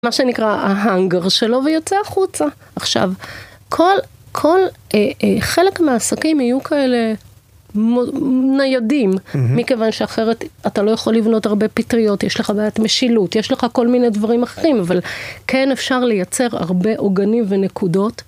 מה שנקרא ההאנגר שלו, ויוצא החוצה. עכשיו, כל, כל, חלק מהעסקים יהיו כאלה ניידים, מכיוון שאחרת אתה לא יכול לבנות הרבה פטריות, יש לך בעיית משילות, יש לך כל מיני דברים אחרים, אבל כן אפשר לייצר הרבה עוגנים ונקודות.